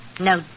No